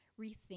rethink